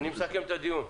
אני מסכם את הדיון.